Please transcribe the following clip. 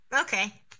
Okay